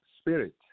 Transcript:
Spirit